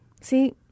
See